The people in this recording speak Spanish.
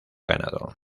ganado